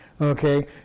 Okay